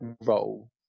role